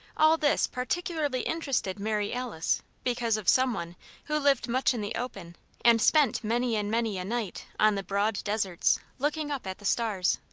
all this particularly interested mary alice because of some one who lived much in the open and spent many and many a night on the broad deserts, looking up at the stars.